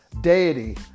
deity